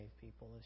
people